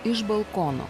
iš balkono